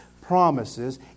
promises